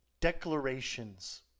declarations